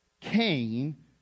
Cain